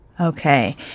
Okay